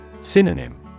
Synonym